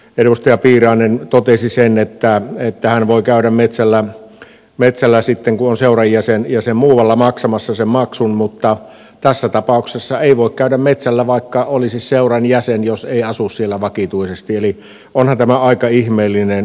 edustaja piirainen totesi sen että hän voi käydä metsällä sitten kun on seuran jäsen ja muualla maksamassa sen maksun mutta tässä tapauksessa ei voi käydä metsällä vaikka olisi seuran jäsen jos ei asu siellä vakituisesti eli onhan tämä aika ihmeellinen lähtökohta